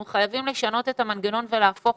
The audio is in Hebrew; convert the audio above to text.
אנחנו חייבים לשנות את המנגנון ולהפוך